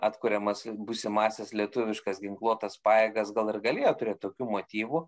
atkuriamas būsimąsias lietuviškas ginkluotas pajėgas gal ir galėjo turėt tokių motyvų